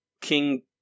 King